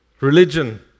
Religion